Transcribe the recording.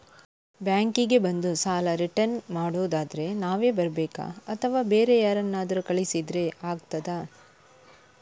Bank ಗೆ ಬಂದು ಸಾಲ ರಿಟರ್ನ್ ಮಾಡುದಾದ್ರೆ ನಾವೇ ಬರ್ಬೇಕಾ ಅಥವಾ ಬೇರೆ ಯಾರನ್ನಾದ್ರೂ ಕಳಿಸಿದ್ರೆ ಆಗ್ತದಾ?